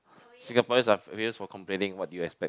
Singaporeans are famous for complaining what do you expect